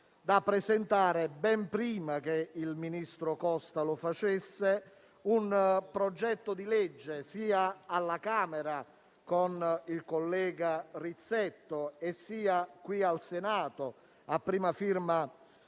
ha presentato, ben prima che il ministro Costa lo facesse, un progetto di legge sia alla Camera, a firma del collega Rizzetto, sia qui al Senato, con il